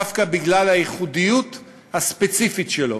דווקא בגלל הייחודיות הספציפית שלו.